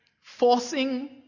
Forcing